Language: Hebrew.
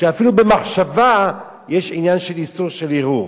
שאפילו במחשבה יש עניין של איסור, של הרהור.